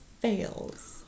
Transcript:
fails